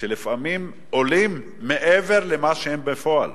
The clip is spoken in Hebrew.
שלפעמים עולים מעבר למה שהם בפועל,